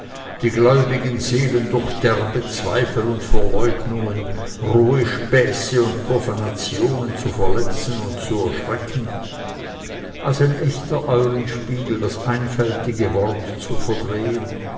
die gläubigen seelen durch derbe zweifel und verleugnungen rohe späße und profanationen zu verletzen und zu erschrecken als ein rechter eulenspiegel das einfältige wort zu verdrehen